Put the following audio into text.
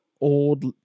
old